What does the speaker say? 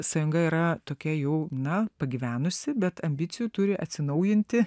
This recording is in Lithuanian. sąjunga yra tokia jau na pagyvenusi bet ambicijų turi atsinaujinti